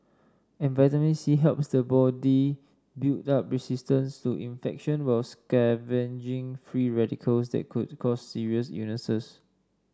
and vitamin C helps the body build up resistance to infection while scavenging free radicals that could cause serious unisys